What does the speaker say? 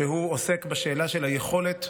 שעוסק בשאלה של היכולת,